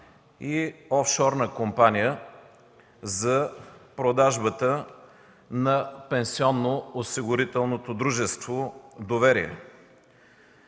и офшорна компания за продажбата на пенсионноосигурителното дружество „Доверие”.